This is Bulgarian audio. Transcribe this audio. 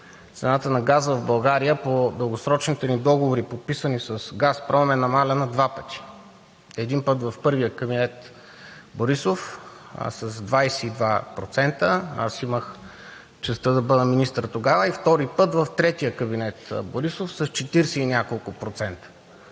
цената на газа в България по дългосрочните ни договори, подписани с „Газпром“ е намалявана два пъти. Един път – в първия кабинет Борисов, с 22%, аз имах честта да бъда министър тогава. Втори път – в третия кабинет Борисов, с 40 и няколко процента.